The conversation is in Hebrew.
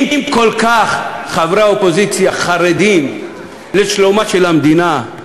אם חברי האופוזיציה כל כך חרדים לשלומה של המדינה,